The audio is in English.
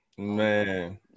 Man